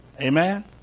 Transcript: amen